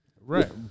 Right